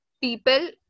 people